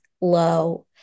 low